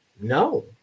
No